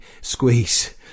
squeeze